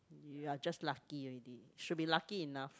ya just lucky already should be lucky enough